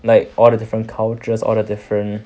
like all the different cultures all the different